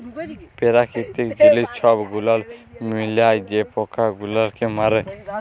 পেরাকিতিক জিলিস ছব গুলাল মিলায় যে পকা গুলালকে মারে